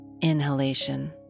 inhalation